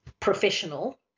professional